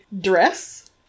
dress